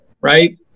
right